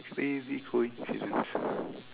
crazy coincidence